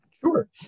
Sure